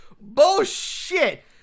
Bullshit